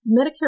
Medicare